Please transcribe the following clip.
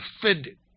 offended